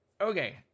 Okay